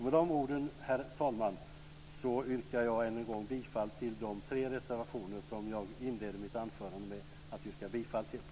Med de orden, herr talman, yrkar jag än en gång bifall till de tre reservationer jag inledde mitt anförande med att yrka bifall till.